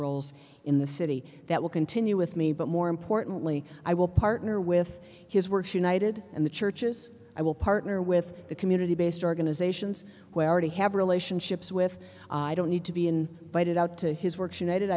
roles in the city that will continue with me but more importantly i will partner with his works united and the churches i will partner with the community based organizations where already have relationships with i don't need to be in fight it out to his works